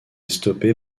stoppée